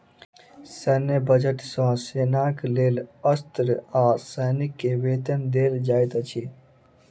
सैन्य बजट सॅ सेनाक लेल अस्त्र आ सैनिक के वेतन देल जाइत अछि